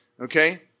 Okay